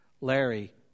Larry